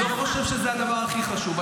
אני לא חושב שזה הדבר הכי חשוב.